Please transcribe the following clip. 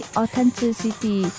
authenticity